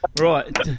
right